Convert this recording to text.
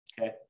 okay